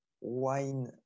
wine